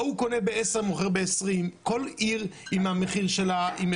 ההוא קונה בעשרה שקלים ומוכר ב-20; כל עיר עם המחיר שלה.